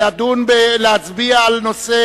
אנחנו עוברים להצביע על הנושא.